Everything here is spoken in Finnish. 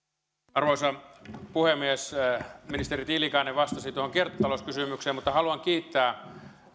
arvoisa puhemies ministeri tiilikainen vastasi tuohon kiertotalouskysymykseen mutta haluan kiittää